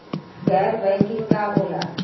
गैर बैंकिंग का होला?